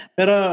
Pero